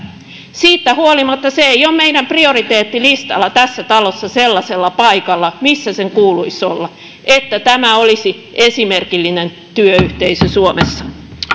siitä huolimatta se ei ole meidän prioriteettilistalla tässä talossa sellaisella paikalla missä sen kuuluisi olla että tämä olisi esimerkillinen työyhteisö suomessa